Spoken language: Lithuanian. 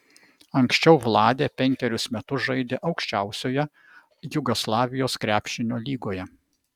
anksčiau vladė penkerius metus žaidė aukščiausioje jugoslavijos krepšinio lygoje